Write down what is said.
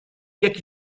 jak